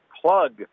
plug